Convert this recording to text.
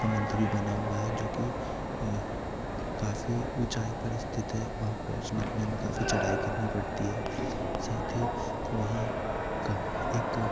का मंदिर भी बना हुआ है जो कि काफ़ी ऊंचाई पर स्थित है वहाँ पहुँचने के लिए हमें काफ़ी चढ़ाई करनी पड़ती है साथ ही वहाँ का एक